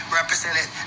represented